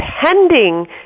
pending